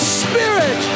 spirit